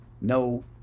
No